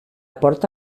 porta